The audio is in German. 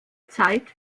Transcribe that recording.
zeit